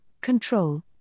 control